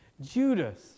Judas